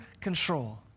control